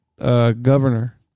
governor